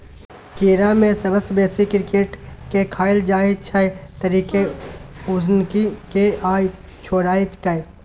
कीड़ा मे सबसँ बेसी क्रिकेट केँ खाएल जाइ छै तरिकेँ, उसनि केँ या झोराए कय